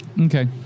Okay